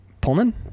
Pullman